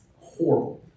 horrible